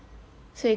oh